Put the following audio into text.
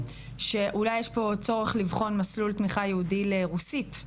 אולי יש פה צורך לבחון מסלול תמיכה ייעודי לרוסית,